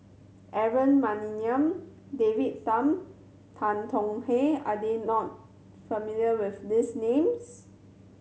Aaron Maniam David Tham Tan Tong Hye are there not familiar with these names